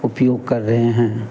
उपयोग कर रहे हैं